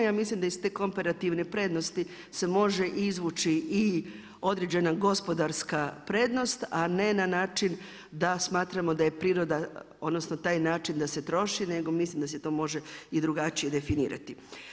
Ja mislim da iz te komparativne prednosti se može izvući i određena gospodarska prednost, a ne na način da smatramo da je priroda, odnosno taj način da se troši, nego mislim da se to može i drugačije definirati.